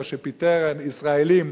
או שפיטר ישראלים.